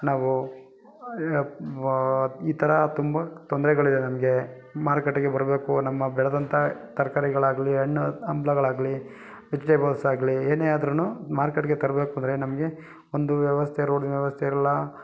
ನಾವು ಈ ಥರ ತುಂಬ ತೊಂದರೆಗಳಿದೆ ನಮಗೆ ಮಾರುಕಟ್ಟೆಗೆ ಬರಬೇಕು ನಮ್ಮ ಬೆಳ್ದಂಥ ತರ್ಕಾರಿಗಳಾಗಲಿ ಹಣ್ಣು ಹಂಪ್ಲಗಳಾಗ್ಲಿ ವೆಜಿಟೇಬಲ್ಸ್ ಆಗಲಿ ಏನೇ ಆದ್ರು ಮಾರ್ಕೆಟ್ಗೆ ತರಬೇಕು ಅಂದರೆ ನಮಗೆ ಒಂದು ವ್ಯವಸ್ಥೆ ರೋಡಿನ ವ್ಯವಸ್ಥೆ ಇರಲ್ಲ